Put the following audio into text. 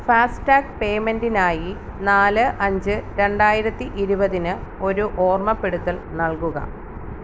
FASTag പേമെൻറ്റിനായി നാല് അഞ്ച് രണ്ടായിരത്തി ഇരുപതിന് ഒരു ഓർമ്മപ്പെടുത്തൽ നൽകുക